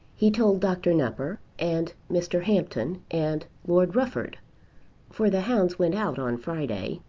he told dr. nupper, and mr. hampton, and lord rufford for the hounds went out on friday,